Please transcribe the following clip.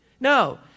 no